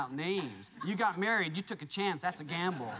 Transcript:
out names you got married you took a chance that's a gamble